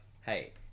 hey